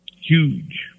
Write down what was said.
huge